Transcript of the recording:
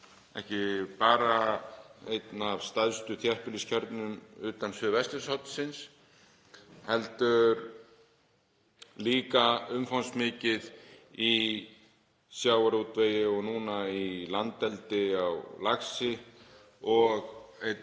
ekki bara einn af stærstu þéttbýliskjörnum utan suðvesturhornsins heldur líka umfangsmikið í sjávarútvegi og núna í landeldi á laxi og einn